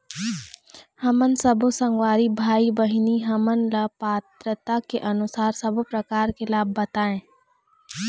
हमन सब्बो संगवारी भाई बहिनी हमन ला पात्रता के अनुसार सब्बो प्रकार के लाभ बताए?